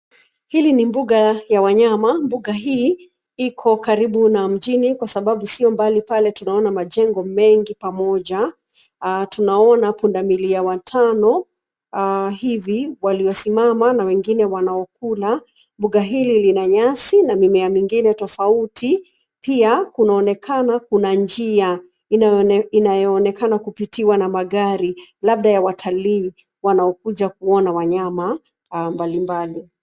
Hili ni mbuga ya wanyama , mbuga hii iko karibu na mjini kwa sababu sio mbali pale tunaona majengo mengi pamoja. Tunaona pundamilia watano hivi, waliosimama na wengine wanaokula. Mbuga hili lina nyasi na mimea mingine tofauti. Pia kunaonekana kuna njia inayoonekana kupitiwa na magari, labda ya watalii wanaokuja kuona wanyama mbalimbali.